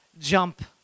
jump